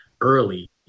early